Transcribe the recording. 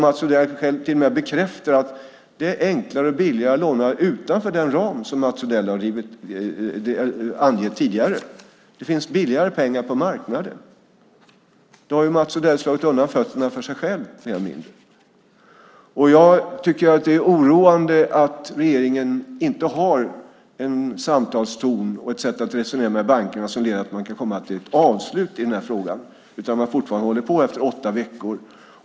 Mats Odell bekräftar själv att det är enklare och billigare att låna utanför den ram som han har angett tidigare. Det finns billigare pengar på marknaden. Då har Mats Odell slagit undan fötterna för sig själv. Det är oroande att regeringen inte har en samtalston och ett sätt att resonera med bankerna som leder till att man kan komma till ett avslut i den här frågan. Man håller fortfarande på efter åtta veckor.